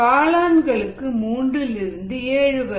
காளான்களுக்கு 3 லிருந்து 7 வரை